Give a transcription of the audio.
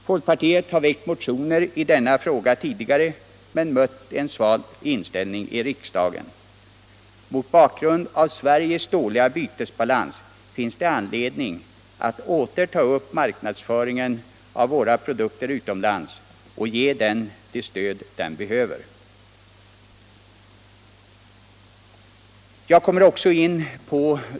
Folkpartiet har väckt motioner i denna fråga tidigare men mött en sval inställning i riksdagen. Mot bakgrund av Sveriges dåliga bytesbalans finns det anledning att åter ta upp marknadsföringen av våra produkter utomlands och ge den det stöd den behöver.